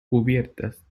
cubiertas